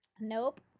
nope